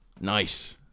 Nice